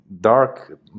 dark